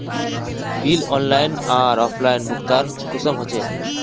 Bill online आर offline भुगतान कुंसम होचे?